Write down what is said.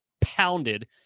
pounded